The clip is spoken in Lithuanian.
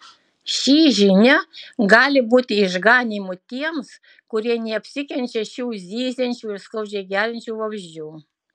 ši žinia gali būti išganymu tiems kurie neapsikenčia šių zyziančių ir skaudžiai geliančių vabzdžių